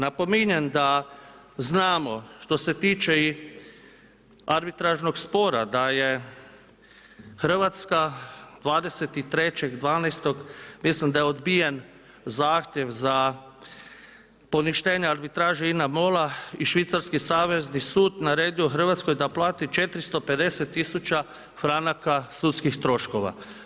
Napominjem da znamo što se tiče i arbitražnog spora da je Hrvatska 23.12., mislim da je odbijen zahtjev za poništenje arbitraže INA MOL-a i Švicarski savezni sud naredio Hrvatskoj da plati 450 tisuća franaka sudskih troškova.